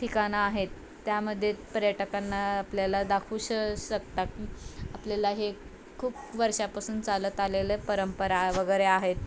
ठिकाण आहेत त्यामध्ये पर्यटकांना आपल्याला दाखवू श शकता की आपल्याला हे खूप वर्षापासून चालत आलेले परंपरा वगैरे आहेत